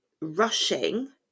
rushing